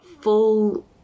full